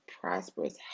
prosperous